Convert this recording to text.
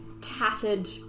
Tattered